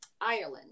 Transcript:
Ireland